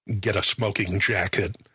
get-a-smoking-jacket